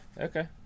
okay